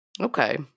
Okay